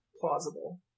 Plausible